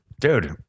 Dude